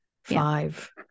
Five